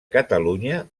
catalunya